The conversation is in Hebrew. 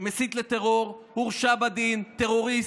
מסית לטרור, הורשע בדין, טרוריסט,